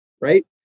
right